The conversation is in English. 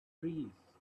trees